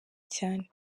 cyane